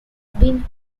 been